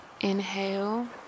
inhale